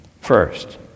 First